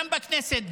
גם בכנסת,